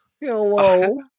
Hello